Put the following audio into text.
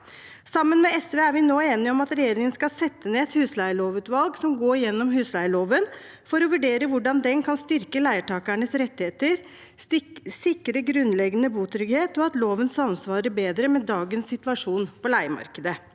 Sammen med SV er vi nå enige om at regjeringen skal sette ned et husleielovutvalg som går gjennom husleieloven for å vurdere hvordan den kan styrke leietakernes rettigheter, sikre grunnleggende botrygghet, og at loven samsvarer bedre med dagens situasjon på leiemarkedet.